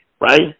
right